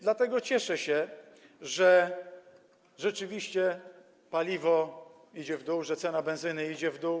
Dlatego cieszę się, że rzeczywiście paliwo idzie w dół, że cena benzyny idzie w dół.